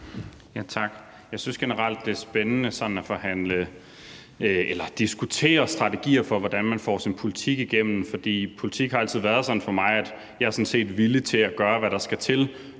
Tak. Jeg synes generelt, det er spændende at diskutere strategier for, hvordan man får sin politik igennem, fordi politik altid har været sådan for mig, at jeg sådan set er villig til at gøre, hvad der skal til,